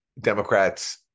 Democrats